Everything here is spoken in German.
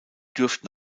dürften